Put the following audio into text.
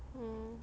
hmm